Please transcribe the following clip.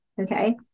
okay